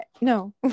No